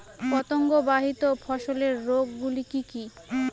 পতঙ্গবাহিত ফসলের রোগ গুলি কি কি?